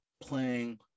playing